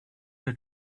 you